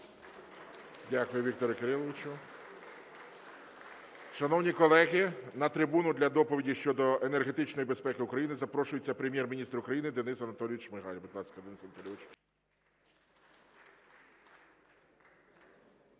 Дякую, Вікторе Кириловичу. Шановні колеги, на трибуну для доповіді щодо енергетичної безпеки України запрошується Прем'єр-міністр України Денис Анатолійович Шмигаль.